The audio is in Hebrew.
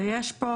ויש פה